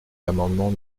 l’amendement